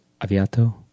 aviato